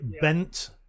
bent